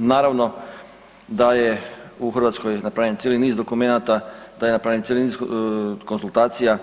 Naravno, da je u Hrvatskoj napravljen cijeli niz dokumenata, da je napravljen cijeli niz konzultacija